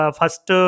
first